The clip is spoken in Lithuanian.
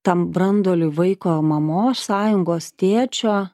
tam branduoliui vaiko mamos sąjungos tėčio